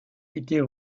était